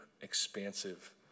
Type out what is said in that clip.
expansive